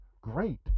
great